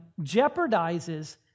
jeopardizes